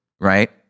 right